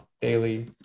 daily